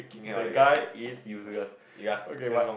that guy is useless okay but